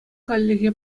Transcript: хальлӗхе